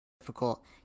difficult